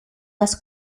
west